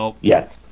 Yes